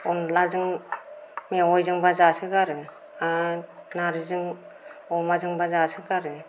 अनलाजों मेवायजोंबा जासो गारो आर नार्जिजों अमाजोंबा जासो गारो